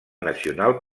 nacional